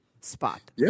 spot